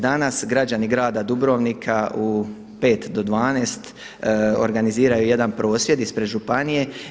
Danas građani grada Dubrovnika u pet do 12 organiziraju jedan prosvjed ispred županije.